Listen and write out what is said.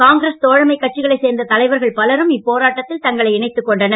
காங்கிரஸ் தோழமைக் கட்சிகளை சேர்ந்த தலைவர்கள் பலரும் இப்போராட்டத்தில் தங்களை இணைத்துக் கொண்டனர்